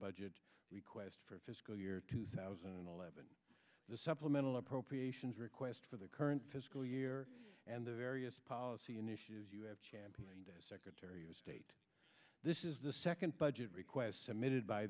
budget request for fiscal year two thousand and eleven the supplemental appropriations request for the current fiscal year and the various policy initiatives you have championed as secretary of state this is the second budget request submitted by